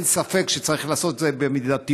ואין ספק שצריך לעשות את זה במידתיות